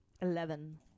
Eleven